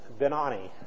Benani